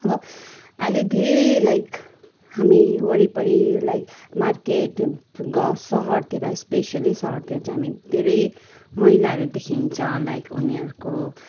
अब अहिले धेरै लाइक हामी वरिपरि लाइक मार्केट गाउँ सहरतिर स्पेसियली सहरतिर चाहिँ हामी धेरै मैलाहरू देखिन्छ लाइक उनीहरूको